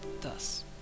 thus